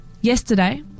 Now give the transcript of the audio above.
Yesterday